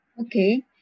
Okay